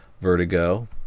Vertigo